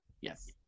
Yes